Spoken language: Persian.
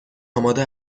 آماده